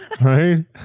right